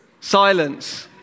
Silence